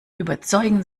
überzeugen